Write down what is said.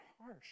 harsh